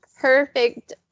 perfect